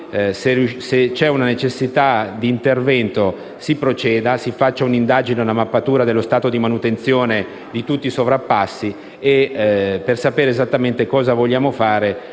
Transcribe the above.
se c'è necessità di intervento, si proceda. Si faccia un'indagine, una mappatura dello stato di manutenzione di tutti i sovrappassi. Si deve sapere esattamente cosa vogliamo fare